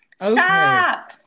stop